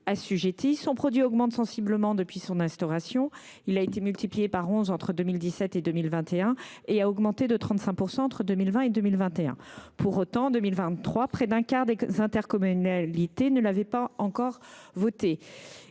assujetti. Son produit augmente depuis son instauration. Il a été multiplié par 11 entre 2017 et 2021 et a augmenté de 35 % entre 2020 et 2021. « Pour autant, en 2023, près d’un quart des intercommunalités ne l’avaient pas encore votée.